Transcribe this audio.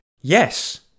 Yes